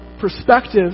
perspective